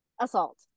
assault